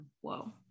Whoa